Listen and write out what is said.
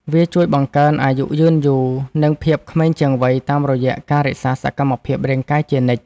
វាជួយបង្កើនអាយុយឺនយូរ និងភាពក្មេងជាងវ័យតាមរយៈការរក្សាសកម្មភាពរាងកាយជានិច្ច។